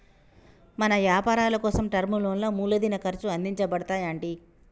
మన యపారాలకోసం టర్మ్ లోన్లా మూలదిన ఖర్చు అందించబడతాయి అంటి